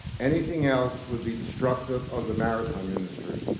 anything else would be destructive of the maritime industry,